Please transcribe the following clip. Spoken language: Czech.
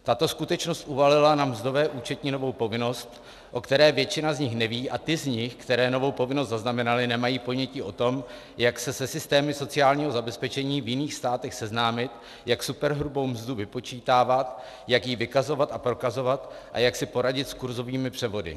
Tato skutečnost uvalila na mzdové účetní novou povinnost, o které většina z nich neví, a ty z nich, které novou povinnost zaznamenaly, nemají ponětí o tom, jak se systémy sociálního zabezpečení v jiných státech seznámit, jak superhrubou mzdu vypočítávat, jak ji vykazovat a prokazovat a jak si poradit s kurzovými převody.